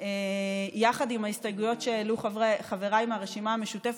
יחד עם ההסתייגויות שהעלו חבריי מהרשימה המשותפת,